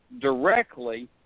directly